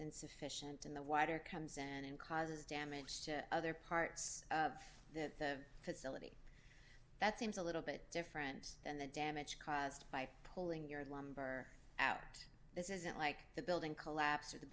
insufficient in the wider comes and causes damage to other parts of the facility that seems a little bit different and the damage caused by pulling your lumber out this isn't like the building collapse of the